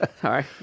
Sorry